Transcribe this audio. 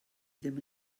ddim